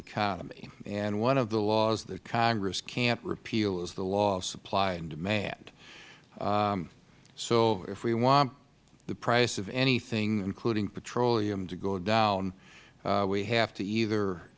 economy and one of the laws that congress cannot repeal is the law of supply and demand so if we want the price of anything including petroleum to go down we have to either